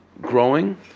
growing